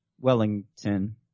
Wellington